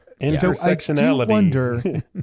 Intersectionality